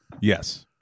Yes